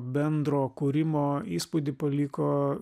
bendro kūrimo įspūdį paliko